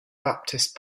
baptist